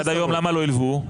למה עד היום לא הילוו?